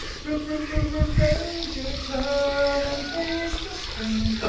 r-r-ranger, turn and face the strange!